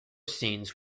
scenes